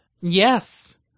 Yes